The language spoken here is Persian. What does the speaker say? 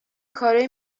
کارایی